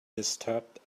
disturbed